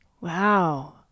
Wow